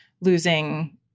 losing